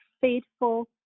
faithful